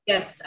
Yes